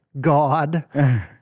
God